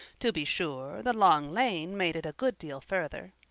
to be sure, the long lane made it a good deal further.